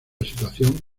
situación